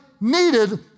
needed